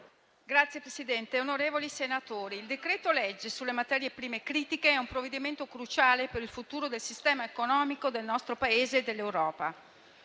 Presidente, onorevoli senatori, il decreto-legge sulle materie prime critiche è un provvedimento cruciale per il futuro del sistema economico del nostro Paese e dell'Europa.